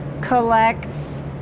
collects